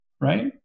right